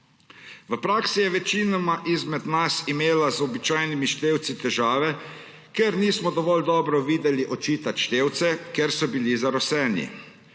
V praksi je večinoma izmed nas imela z običajnimi števci težave, ker nismo dovolj dobro videli očitati števce, ker so bili zarošeni,